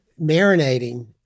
marinating